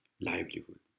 livelihood